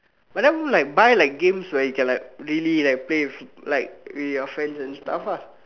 but then like buy like games where you can like really like play with like with your friends and stuff ah